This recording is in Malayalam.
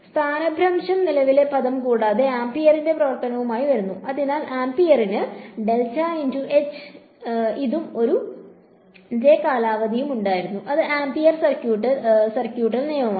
സ്ഥാനഭ്രംശം നിലവിലെ പദം കൂടാതെ ആമ്പിയറിന്റെ പ്രവർത്തനവുമായി വരുന്നു അതിനാൽ ആമ്പിയറിന് ഇതും ഒരു കാലാവധിയും ഉണ്ടായിരുന്നു അത് ആമ്പിയർ സർക്യൂട്ടൽ നിയമമാണ്